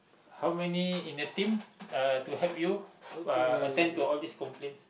how many in the team uh to help you uh attend to all these complaints